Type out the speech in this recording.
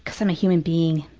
because i'm a human being.